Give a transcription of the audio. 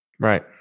Right